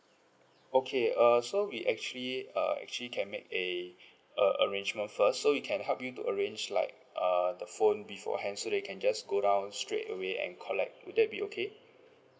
okay err so we actually err actually can make a uh arrangement first so we can help you to arrange like err the phone beforehand so they can just go down straight away and collect would that be okay